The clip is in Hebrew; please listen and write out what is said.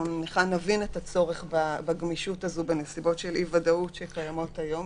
אפשר להבין את הצורך בגמישות הזו בנסיבות של האי-ודאות שקיימות היום.